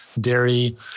dairy